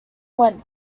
went